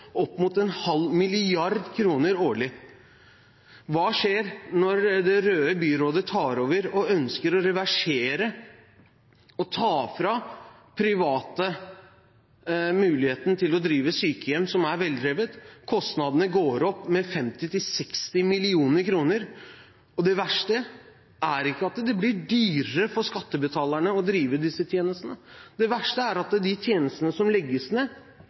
opp mot en halv milliard kroner årlig. Hva skjer når det røde byrådet tar over og ønsker å reversere og ta fra private muligheten til å drive sykehjem som er veldrevet? Kostnadene går opp med 50–60 mill. kr. Og det verste er ikke at det blir dyrere for skattebetalerne å drive disse tjenestene. Det verste er at de tjenestene som legges ned,